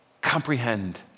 comprehend